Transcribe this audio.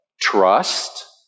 trust